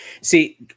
See